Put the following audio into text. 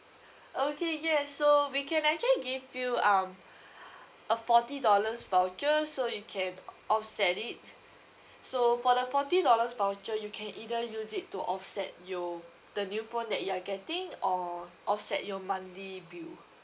okay yes so we can actually give you um a forty dollars voucher so you can offset it so for the forty dollars voucher you can either use it to offset your the new phone that you're getting or offset your monthly bill